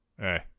hey